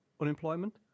unemployment